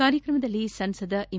ಕಾರ್ಯಕ್ರಮದಲ್ಲಿ ಸಂಸದ ಎಂ